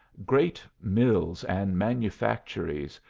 great mills and manufactories,